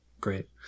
great